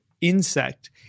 insect